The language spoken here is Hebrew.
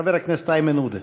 חבר הכנסת איימן עודה.